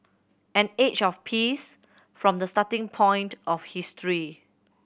an age of peace from the starting point of history